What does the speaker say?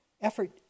effort